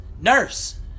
nurse